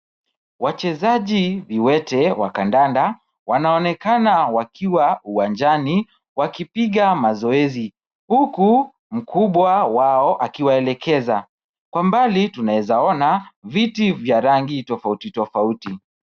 Wachezaji viwete wa kandanda, wanaonekana wakiwa uwanjani, wakipiga mazoezi. Huku mkubwa wao akiwaelekeza kwamba tunaweza kuona viti vya rangi tofauti tofauti.